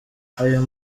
ayo